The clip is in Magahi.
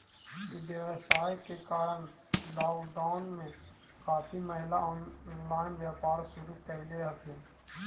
ई व्यवसाय के कारण लॉकडाउन में काफी महिला ऑनलाइन व्यापार शुरू करले हथिन